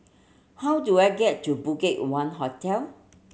how do I get to BudgetOne Hotel